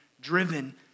driven